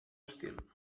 hostil